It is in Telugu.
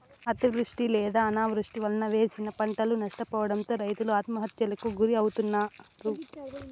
అతివృష్టి లేదా అనావృష్టి వలన వేసిన పంటలు నష్టపోవడంతో రైతులు ఆత్మహత్యలకు గురి అవుతన్నారు